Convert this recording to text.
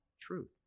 truth